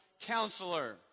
Counselor